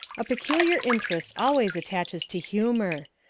a peculiar interest always attaches to humour.